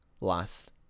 last